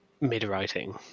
Mid-writing